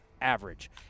average